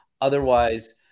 Otherwise